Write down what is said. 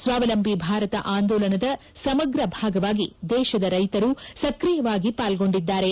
ಸ್ವಾವಲಂಬಿ ಭಾರತ ಆಂದೋಲನದ ಸಮಗ್ರ ಭಾಗವಾಗಿ ದೇಶದ ರೈತರು ಸಕ್ರಿಯವಾಗಿ ಪಾಲ್ಗೊಂಡಿದ್ದಾರೆ